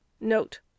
NOTE